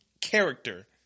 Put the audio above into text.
character